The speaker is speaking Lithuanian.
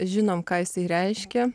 žinom ką jisai reiškia